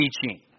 teaching